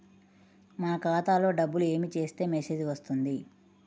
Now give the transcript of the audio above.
మన ఖాతాలో డబ్బులు ఏమి చేస్తే మెసేజ్ వస్తుంది?